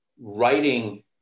writing